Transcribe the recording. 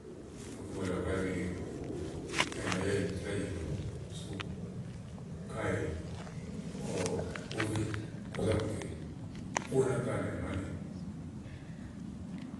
kàyi ùni sù kàyi kò vé kò zà mi ké òwo kàyi nàmànì.